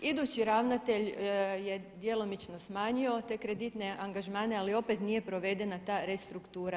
Idući ravnatelj je djelomično smanjio te kreditne angažmane, ali opet nije provedena ta restruktura.